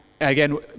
again